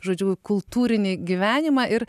žodžiu kultūrinį gyvenimą ir